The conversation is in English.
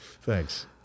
Thanks